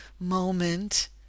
moment